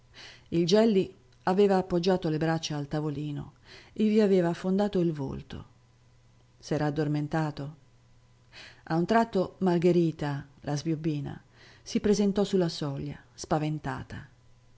il gelli aveva appoggiato le braccia al tavolino e vi aveva affondato il volto s'era addormentato a un tratto margherita la sbiobbina si presentò su la soglia spaventata